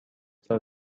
for